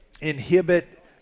inhibit